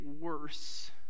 worse